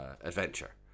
adventure